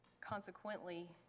Consequently